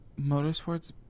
Motorsports